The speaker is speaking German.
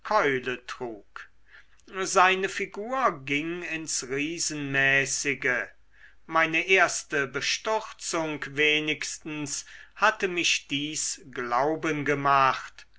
seine figur ging ins riesenmäßige meine erste bestürzung wenigstens hatte mich dies glauben gemacht